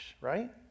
right